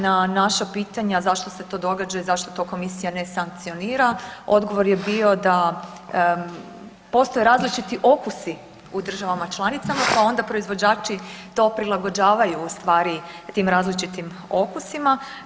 Na naša pitanja zašto se to događa i zašto to Komisija ne sankcionira odgovor je bio da postoje različiti okusi u državama članicama, pa onda proizvođači to prilagođavaju u stvari tim različitim okusima.